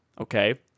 Okay